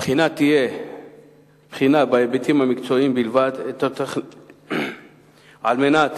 הבחינה תהיה בחינה בהיבטים המקצועיים בלבד, על מנת